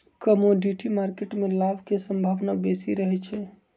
commodity market में लाभ के संभावना बेशी रहइ छै